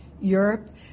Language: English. Europe